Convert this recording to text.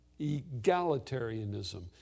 egalitarianism